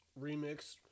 remix